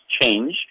change